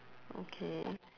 okay